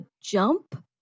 jump